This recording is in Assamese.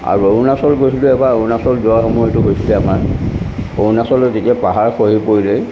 আৰু অৰুণাচল গৈছিলোঁ এবাৰ অৰুণাচল যোৱাৰ সময়তো হৈছিলে আমাৰ অৰুণাচলত যেতিয়া পাহাৰ খহি পৰিলে